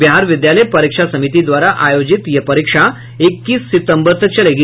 बिहार विद्यालय परीक्षा समिति द्वारा आयोजित यह परीक्षा इक्कीस सितम्बर तक चलेगी